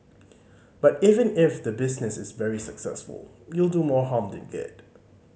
but even if the business is very successful you will do more harm than good